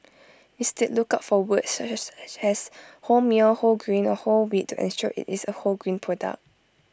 instead look out for words such as wholemeal whole grain or whole wheat to ensure IT is A wholegrain product